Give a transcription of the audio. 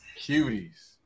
cuties